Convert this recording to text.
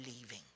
leaving